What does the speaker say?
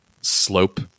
slope